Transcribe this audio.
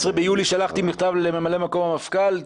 ביולי שלחתי מכתב לממלא מקום המפכ"ל,